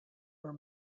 were